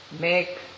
make